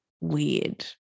weird